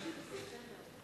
זה לא יקרה בספטמבר.